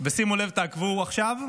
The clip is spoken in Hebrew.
ושימו לב, תעקבו עכשיו,